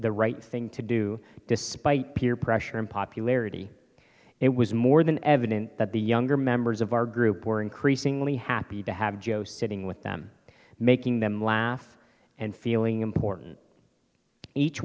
the right thing to do despite peer pressure and popularity it was more than evident that the younger members of our group were increasingly happy to have joe sitting with them making them laugh and feeling important each